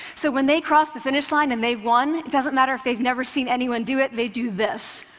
so when they cross the finish line and they've won, it doesn't matter if they've never seen anyone do it. they do this.